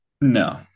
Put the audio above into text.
no